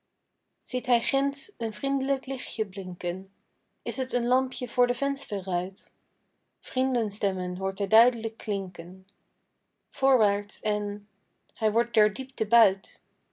ziet hij ginds een vriendlijk lichtje blinken is t een lampje voor de vensterruit vriendenstemmen hoort hij duidlijk klinken voorwaarts en hij wordt der diepte buit